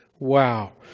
wow.